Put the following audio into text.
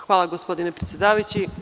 Hvala gospodine predsedavajući.